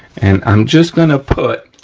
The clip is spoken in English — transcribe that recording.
and i'm just gonna put